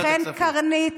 ולכן קרנית,